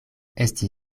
esti